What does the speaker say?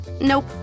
Nope